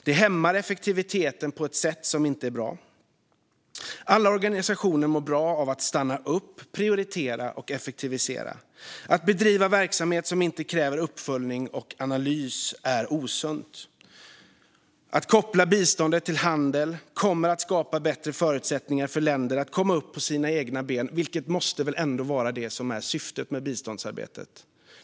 Det hämmar effektiviteten på ett sätt som inte är bra. Alla organisationer mår bra av att stanna upp, prioritera och effektivisera. Att bedriva verksamhet som inte kräver uppföljning och analys är osunt. Att koppla biståndet till handel kommer att skapa bättre förutsättningar för länder att komma upp på sina egna ben, vilket ändå måste vara syftet med biståndsarbetet.